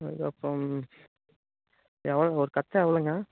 அதுக்கப்புறம் எவ்வளோ ஒரு கட்டு எவ்வளோங்க